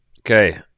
Okay